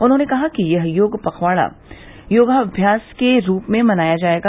उन्होंने कहा कि यह योग पखवाड़ा योगाभ्यास के रूप में मनाया जायेगा